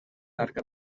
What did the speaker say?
larga